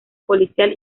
policial